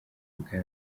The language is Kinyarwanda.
bwa